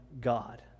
god